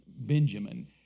Benjamin